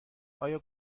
آیا